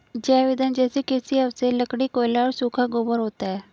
जैव ईंधन जैसे कृषि अवशेष, लकड़ी, कोयला और सूखा गोबर होता है